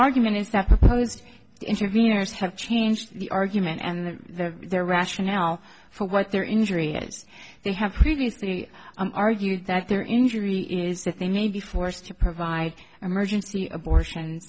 argument is that those intervening years have changed the argument and their their rationale for what their injury is they have previously argued that their injury is that they may be forced to provide emergency abortion